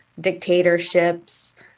dictatorships